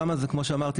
שם זה כמו שאמרתי,